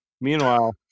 Meanwhile